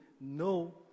no